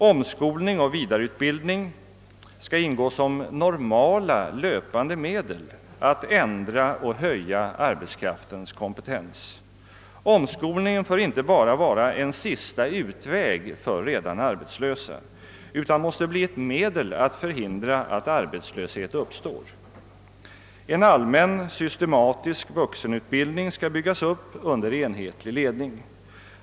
Omskolning och vidareutbildning skall ingå som normala löpande medel att ändra och höja arbetskraftens kompetens. Omskolningen får inte endast vara en sista utväg för redan arbetslösa, utan måste bli ett medel att förhindra att arbetslöshet uppstår. En allmän, systematisk vuxenutbildning skall byggas upp under enhetlig ledning.